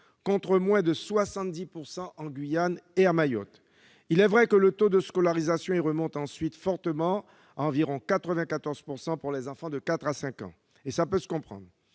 contre moins de 70 % en Guyane et à Mayotte. Il est vrai que le taux de scolarisation remonte ensuite fortement : il est d'environ 94 % pour les enfants âgés de quatre à cinq ans, ce qui peut se comprendre.